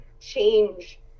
change